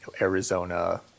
arizona